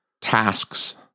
tasks